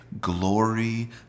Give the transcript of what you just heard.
glory